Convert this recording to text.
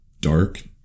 dark